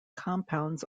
compounds